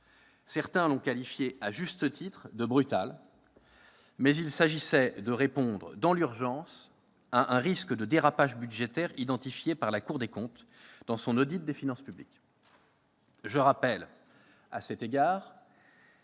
Certains l'ont qualifiée, à juste titre, de « brutale », mais il s'agissait de répondre dans l'urgence à un risque de dérapage budgétaire identifié par la Cour des comptes dans son audit des finances publiques. Je rappelle, à cet égard,